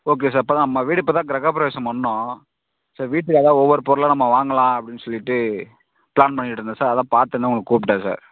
okay sir இப்போ தான் நம்ம வீடு இப்போ தான் கிரகப் பிரவேசம் பண்ணோம் சரி வீட்டுக்கு அதுதான் ஒவ்வொரு பொருளாக நம்ம வாங்கலாம் அப்படினு சொல்லிட்டு ப்ளான் பண்ணிகிட்ருந்தேன் சார் அதுதான் பார்த்தோன்னே உங்களுக்கு கூப்பிட்டேன் சார்